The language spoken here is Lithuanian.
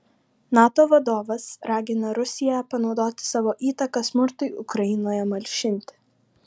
nato vadovas ragina rusiją panaudoti savo įtaką smurtui ukrainoje malšinti